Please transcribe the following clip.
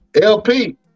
LP